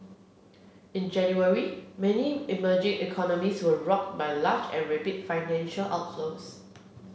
in January many emerging economies were rocked by large and rapid financial outflows